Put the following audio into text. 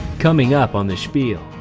coming up on the spiel,